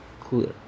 Clear